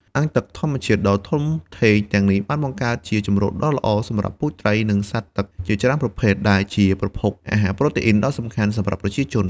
អាងទឹកធម្មជាតិដ៏ធំធេងទាំងនេះបានបង្កើតជាជម្រកដ៏ល្អសម្រាប់ពូជត្រី និងសត្វទឹកជាច្រើនប្រភេទ ដែលជាប្រភពអាហារប្រូតេអ៊ីនដ៏សំខាន់សម្រាប់ប្រជាជន។